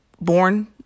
born